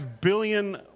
billion